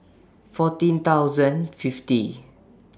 fourteen thousand fifty